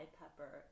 pepper